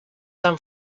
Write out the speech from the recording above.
san